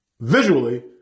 visually